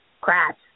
Crash